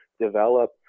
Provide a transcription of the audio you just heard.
develop